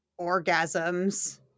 orgasms